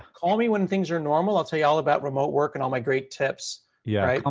call me when things are normal. i'll tell you all about remote work and all my great tips, yeah right? um